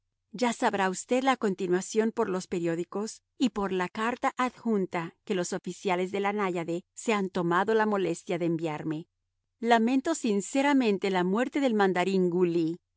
ya sabrá usted la continuación por los periódicos y por la carta adjunta que los oficiales de la náyade se han tomado la molestia de enviarme lamento sinceramente la muerte del mandarín gu ly